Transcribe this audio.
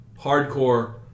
hardcore